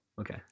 okay